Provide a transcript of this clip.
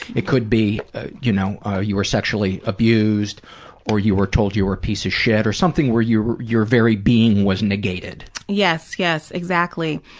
it could be you know ah you were sexually abused or you were told you were a piece of shit or something where you're you're very being was negated. dr. yes, yes, exactly,